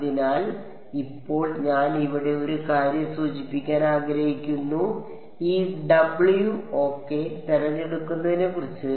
അതിനാൽ ഇപ്പോൾ ഞാൻ ഇവിടെ ഒരു കാര്യം സൂചിപ്പിക്കാൻ ആഗ്രഹിക്കുന്നു ഈ W OK തിരഞ്ഞെടുക്കുന്നതിനെക്കുറിച്ച്